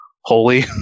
holy